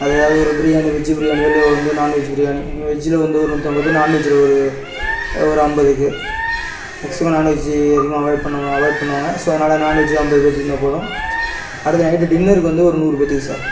அது அது ஒரு பிரியாணி வெஜ் பிரியாணியோ இல்லை வந்து நாண்வெஜ் பிரியாணி வெஜ்ல வந்து ஒரு நூற்றம்பது பேர் நாண்வெஜ்ல ஒரு ஒரு ஐம்பதுக்கு மேக்ஸிமம் நான்வெஜ்ஜூ அதிகமாக அவாய்ட் பண்ணுவாங்கள் அவாய்ட் பண்ணுவாங்கள் ஸோ அதனால் நான்வெஜ்ஜூ ஐம்பது பேர்த்துக்கு இருந்தால் போதும் அடுத்து நைட்டு டின்னருக்கு வந்து நூறு பேர்த்துக்கு சார்